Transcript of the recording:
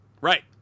Right